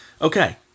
okay